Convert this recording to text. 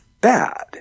bad